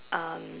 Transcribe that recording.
um